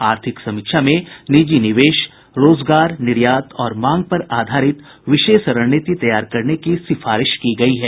आर्थिक समीक्षा में निजी निवेश रोजगार निर्यात और मांग पर आधारित विशेष रणनीति तैयार करने की सिफारिश की गई है